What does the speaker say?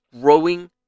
growing